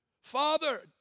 Father